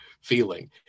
feeling